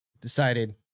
Decided